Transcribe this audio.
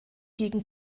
gegen